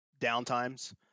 downtimes